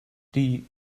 die